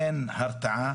אין הרתעה